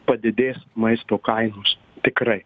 padidės maisto kainos tikrai